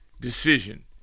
decision